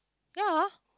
ya